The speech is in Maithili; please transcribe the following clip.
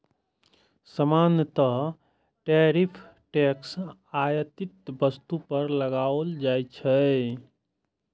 सामान्यतः टैरिफ टैक्स आयातित वस्तु पर लगाओल जाइ छै